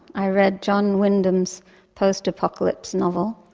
i read john wyndham's post-apocalypse novel,